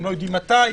ולא יודעים מתי,